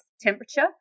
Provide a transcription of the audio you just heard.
temperature